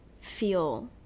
feel